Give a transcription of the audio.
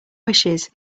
wishes